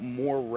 more